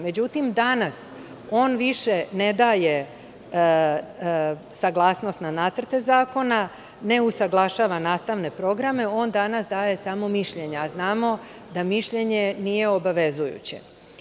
Međutim, danas on više ne daje saglasnost na nacrte zakona, ne usaglašava nastavne programe, on danas daje samo mišljenje, a znamo da mišljenje nije obavezujuće.